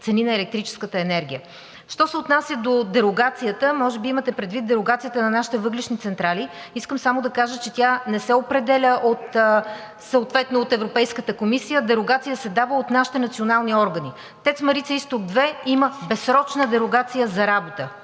цени на електрическата енергия. Що се отнася до дерогацията, може би имате предвид дерогацията на нашите въглищни централи. Искам само да кажа, че тя не се определя съответно от Европейската комисия, дерогация се дава от нашите национални органи. ТЕЦ „Марица изток 2“ има безсрочна дерогация за работа.